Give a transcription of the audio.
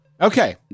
Okay